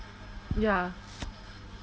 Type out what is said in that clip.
ya